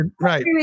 Right